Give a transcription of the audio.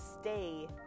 stay